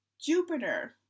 Jupiter